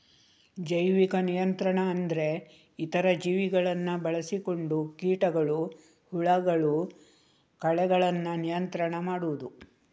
ಜೈವಿಕ ನಿಯಂತ್ರಣ ಅಂದ್ರೆ ಇತರ ಜೀವಿಗಳನ್ನ ಬಳಸಿಕೊಂಡು ಕೀಟಗಳು, ಹುಳಗಳು, ಕಳೆಗಳನ್ನ ನಿಯಂತ್ರಣ ಮಾಡುದು